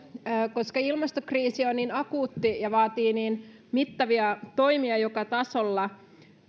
koska ilmastokriisi on niin akuutti ja vaatii niin mittavia toimia joka tasolla